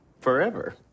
forever